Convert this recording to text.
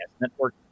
network